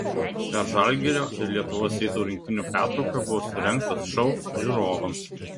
per žalgirio ir lietuvos ryto rungtynių pertrauką buvo surengtas šou žiūrovams